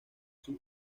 sus